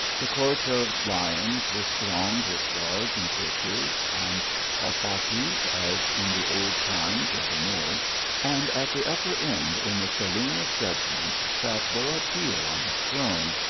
the court of lions was thronged with guards, and courtiers, and alfaquis, as in the old times of the moors and at the upper end, in the saloon of judg ment, sat boabdil on his throne,